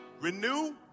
Renew